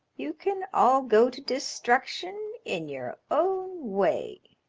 you can all go to destruction in your own way.